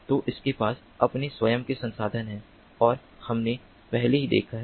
तो उनके पास अपने स्वयं के संसाधन हैं और हमने पहले ही देखा है